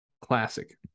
Classic